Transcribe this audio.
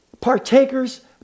partakers